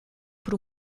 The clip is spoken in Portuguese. por